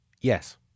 Yes